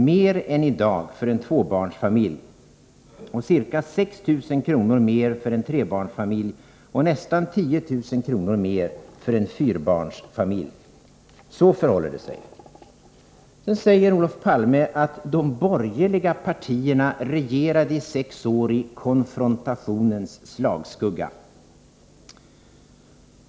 mer än i dag för en tvåbarnsfamilj, 6 000 kr. mer för en trebarnsfamilj och nästan 10000 kr. mer för en fyrabarnsfamilj. Så förhåller det sig. Sedan säger Olof Palme att de borgerliga partierna regerade i sex år i konfrontationens slagskugga.